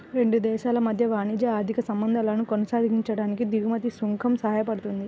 రెండు దేశాల మధ్య వాణిజ్య, ఆర్థిక సంబంధాలను కొనసాగించడానికి దిగుమతి సుంకం సాయపడుతుంది